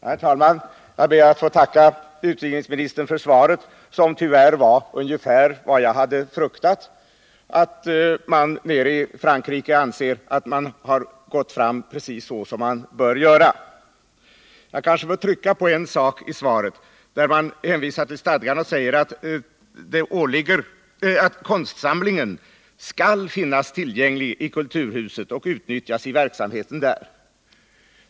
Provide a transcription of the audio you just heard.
Herr talman! Jag ber att få tacka utbildningsministern för svaret, som tyvärr var ungefär vad jag hade fruktat, nämligen att man nere i Frankrike anser att man har gått fram precis så som man bör göra. Jag kanske får trycka på en sak i svaret, där man hänvisar till stadgarna och säger att konstsamlingen skall finnas tillgänglig i Kulturhuset och utnyttjas i verksamheten där.